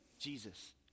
Jesus